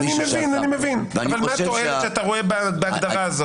אני מבין, אבל מה התועלת שאתה רואה בהגדרה הזאת?